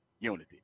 unity